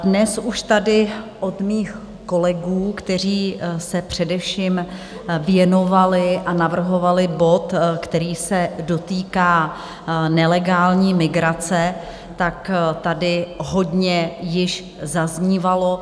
Dnes už tady od mých kolegů, kteří se především věnovali a navrhovali bod, který se dotýká nelegální migrace, tak tady hodně již zaznívalo.